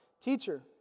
teacher